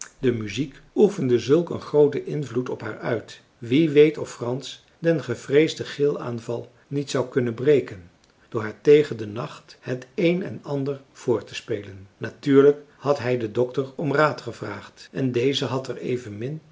de muziek oefende zulk een grooten invloed op haar uit wie weet of frans den gevreesden gilaanval niet zou kunnen breken door haar tegen den nacht het een en ander voor te spelen natuurlijk had hij den dokter om raad gevraagd en deze had er evenmin